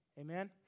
Amen